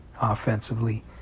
offensively